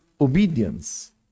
obedience